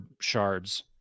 shards